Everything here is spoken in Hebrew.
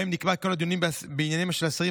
ובהן נקבע כי הדיונים בעניינם של אסירים